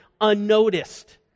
unnoticed